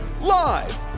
Live